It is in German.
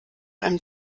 einem